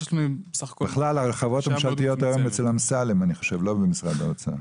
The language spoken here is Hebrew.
בכלל החברות הממשלתיות היום אצל אמסלם אני חושב - לא במשרד האוצר.